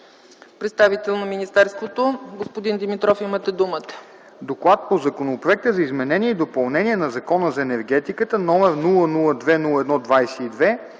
представителя на министерството. Господин Димитров, имате думата.